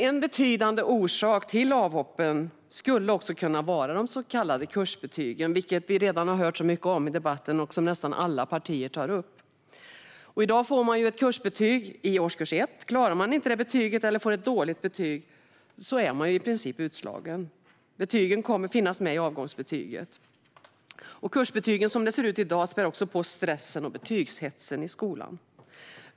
En betydande orsak till avhoppen skulle också kunna vara de så kallade kursbetygen, som vi redan har hört mycket om i debatten och som nästan alla partier tar upp. I dag får man ett kursbetyg i årskurs 1. Klarar man inte betyget eller får ett dåligt betyg är man i princip redan utslagen. Betyget kommer att finnas med i avgångsbetyget. Kursbetygen som de ser ut i dag spär också på stressen och betygshetsen inom skolan.